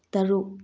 ꯇꯔꯨꯛ